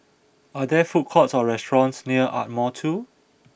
are there food courts or restaurants near Ardmore two